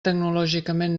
tecnològicament